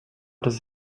does